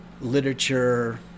literature